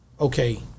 okay